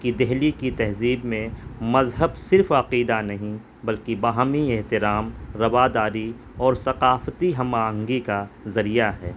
کہ دہلی کی تہذیب میں مذہب صرف عقیدہ نہیں بلکہ باہمی احترام رواداری اور ثقافتی ہم آہنگی کا ذریعہ ہے